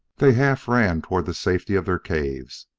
they half-ran toward the safety of their caves,